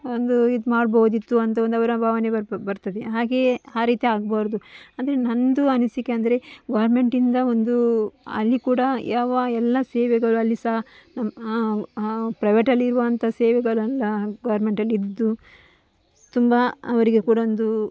ಒಂದು ಇದುಮಾಡ್ಬೋದಿತ್ತು ಅಂತ ಒಂದು ಅವರ ಭಾವನೆ ಬರ್ಬ ಬರ್ತದೆ ಹಾಗೆಯೇ ಆ ರೀತಿ ಆಗಬಾರ್ದು ಅಂದರೆ ನನ್ನದು ಅನಿಸಿಕೆ ಅಂದರೆ ಗೋರ್ಮೆಂಟಿಂದ ಒಂದು ಅಲ್ಲಿ ಕೂಡ ಯಾವ ಎಲ್ಲಾ ಸೇವೆಗಳು ಅಲ್ಲಿ ಸಹ ಆ ಆ ಪ್ರೈವೇಟಲ್ಲಿರುವಂತಹ ಸೇವೆಗಳೆಲ್ಲ ಗೋರ್ಮೆಂಟಲ್ಲಿದ್ದು ತುಂಬ ಅವರಿಗೆ ಕೂಡ ಒಂದು